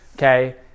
okay